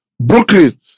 Brooklyn